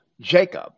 Jacob